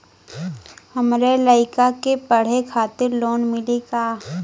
हमरे लयिका के पढ़े खातिर लोन मिलि का?